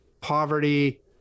poverty